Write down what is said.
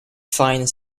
fine